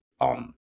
on